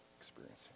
experiencing